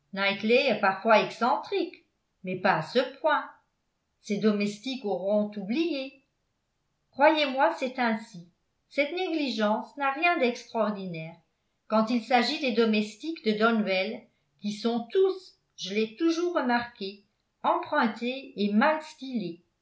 parfois excentrique mais pas à ce point ses domestiques auront oublié croyez-moi c'est ainsi cette négligence n'a rien d'extraordinaire quand il s'agit des domestiques de donwell qui sont tous je l'ai toujours remarqué empruntés et